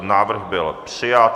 Návrh byl přijat.